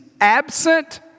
absent